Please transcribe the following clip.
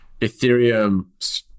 Ethereum